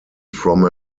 from